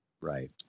Right